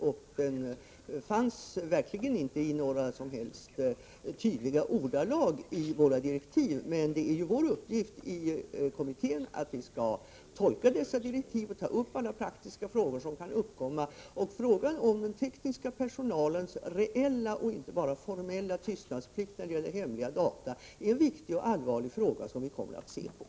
Den fanns verkligen inte omnämnd i några tydliga ordalag i kommitténs direktiv. Men vår uppgift i kommittén är ju att vi skall tolka dessa direktiv och ta upp alla praktiska frågor som kan uppkomma. Frågan om den tekniska personalens reella och inte bara formella tystnadsplikt när det gäller hemliga data är en viktig och allvarlig fråga som vi kommer att studera.